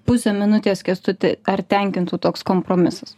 pusę minutės kęstuti ar tenkintų toks kompromisas